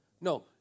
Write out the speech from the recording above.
No